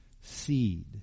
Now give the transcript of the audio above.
seed